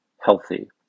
healthy